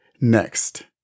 Next